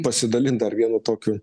pasidalint dar vienu tokiu